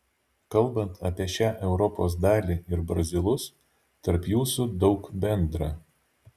kalbant apie šią europos dalį ir brazilus tarp jūsų daug bendra